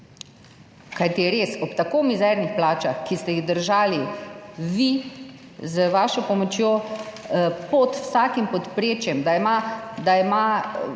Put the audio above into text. Kajti res, ob tako mizernih plačah, kot ste jih držali vi, z vašo pomočjo pod vsakim povprečjem, da imajo